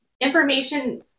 information